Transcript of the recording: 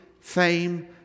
fame